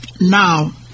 Now